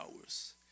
hours